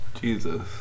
Jesus